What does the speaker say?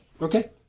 Okay